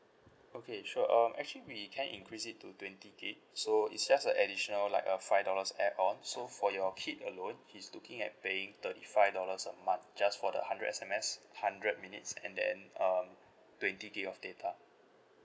okay sure um actually we can increase it to twenty gig so it's just a additional like a five dollars add on so for your kid alone he's looking at paying thirty five dollars a month just for the hundred S_M_S hundred minutes and then um twenty gig of data